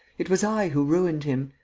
it was i who ruined him.